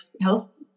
health